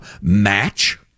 Match